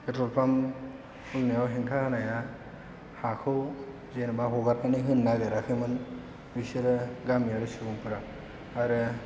petrol pump खुलिनायाव हेंथा होनाया हाखौ जेन'बा हगारनानै होनो नागिराखैमोन बिसोरो गामियारि सुबुंफोरा आरो